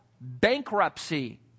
bankruptcy